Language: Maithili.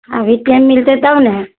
अभी टाइम मिलतै तब ने